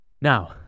Now